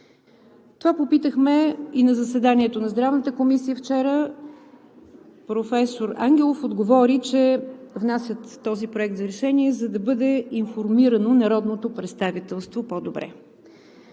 Това попитахме и на заседанието на Здравната комисия вчера. Професор Ангелов отговори, че внасят този проект за решение, за да бъде информирано народното представителство по-добре.